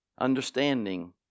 Understanding